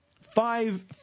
five